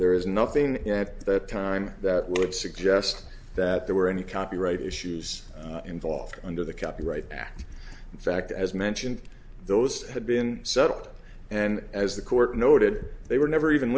there is nothing at that time that would suggest that there were any copyright issues involved under the copyright act in fact as mentioned those had been settled and as the court noted they were never even